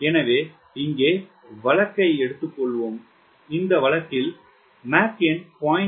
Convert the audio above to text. எனவே இங்கே வழக்கை எடுத்துக்கொள்வோம் மேக் எண் 0